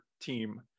team